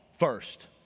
First